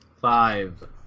Five